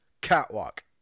catwalk